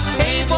hey